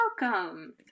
welcome